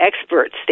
experts